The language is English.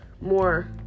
more